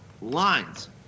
Lines